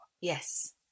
yes